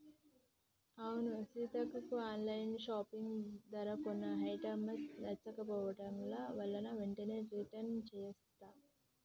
అవును సీతక్క online shopping ధర కొన్ని ఐటమ్స్ నచ్చకపోవడం వలన వెంటనే రిటన్ చేసాం